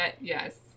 yes